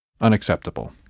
unacceptable